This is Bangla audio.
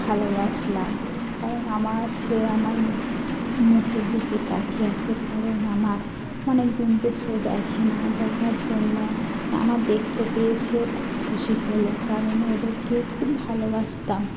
ভালোবাসলাম কারণ আমার সে আমার মুখের দিকে তাকিয়ে আছে কারণ আমার অনেক দিন তো সে দেখে না দেখার জন্য আমার দেখতে পেয়ে সে খুব খুশি হলো কারণ ওদেরকে খুব ভালোবাসতাম